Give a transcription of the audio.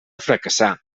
fracassar